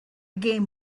game